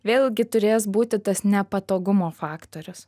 vėlgi turės būti tas nepatogumo faktorius